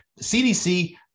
CDC